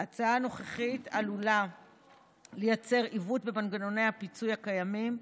ההצעה הנוכחית עלולה לייצר עיוות במנגנוני הפיצוי הקיימים.